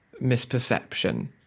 misperception